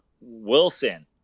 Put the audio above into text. Wilson